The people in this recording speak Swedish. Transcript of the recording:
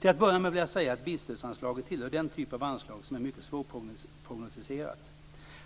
Till att börja med vill jag säga att bilstödsanslaget tillhör den typ av anslag som är mycket svårprognostiserat.